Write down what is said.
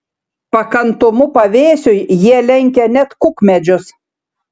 pakantumu pavėsiui jie lenkia net kukmedžius